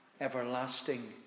everlasting